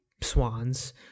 Swans